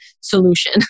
solution